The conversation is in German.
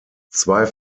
zwei